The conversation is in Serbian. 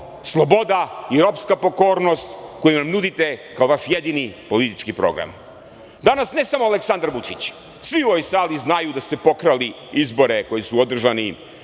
sloboda i ropska pokornost koju nam nudite kao vaš jedini politički program. Danas ne samo Aleksandar Vučić, svi u ovoj sali znaju da ste pokrali izbore koji su održani